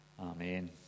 Amen